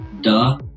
Duh